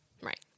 Right